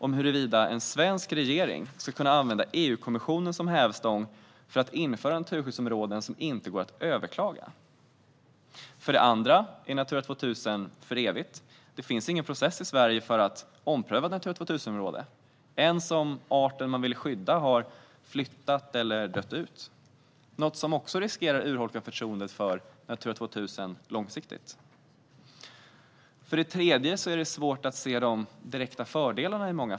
Ska en svensk regering kunna använda EU-kommissionen som hävstång för att införa naturskyddsområden som inte kan överklagas? För det andra är Natura 2000 för evigt. Det finns ingen process i Sverige för att ompröva ett Natura 2000-område - inte ens om arten man vill skydda har flyttat eller dött ut. Det riskerar också att urholka förtroendet för Natura 2000 på lång sikt. För det tredje är det i många fall svårt att se de direkta fördelarna.